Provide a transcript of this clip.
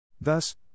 Thus